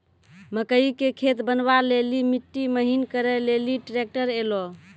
मकई के खेत बनवा ले ली मिट्टी महीन करे ले ली ट्रैक्टर ऐलो?